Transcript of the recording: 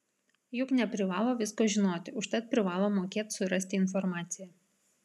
juk neprivalo visko žinoti užtat privalo mokėt surasti informaciją